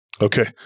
Okay